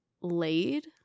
Laid